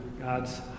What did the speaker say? God's